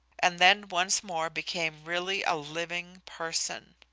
and then once more became really a living person.